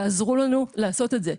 תעזרו לנו לעשות את זה.